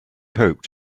hoped